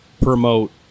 promote